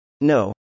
No